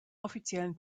offiziellen